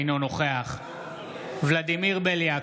אינו נוכח ולדימיר בליאק,